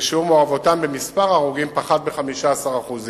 שבו שיעור ההרוגים פחת ב-15%.